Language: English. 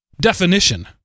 definition